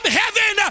heaven